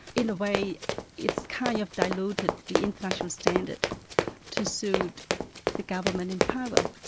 in a way it's kind of diluted the international standards to suit the government in power.